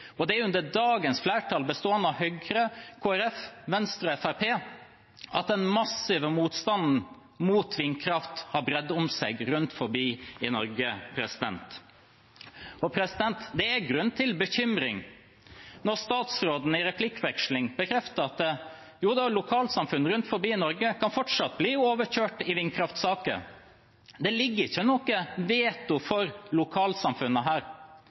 og det er under dagens flertall – bestående av Høyre, Kristelig Folkeparti, Venstre og Fremskrittspartiet – at den massive motstanden mot vindkraft har bredt seg rundt i Norge. Det er grunn til bekymring når statsråden i replikkveksling bekrefter at lokalsamfunn rundt i Norge fortsatt kan bli overkjørt i vindkraftsaker. Det ligger ikke noe veto for lokalsamfunnene inne her.